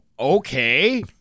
Okay